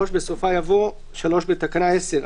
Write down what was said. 3. בסופה יבוא: 3. בתקנה 10,